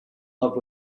love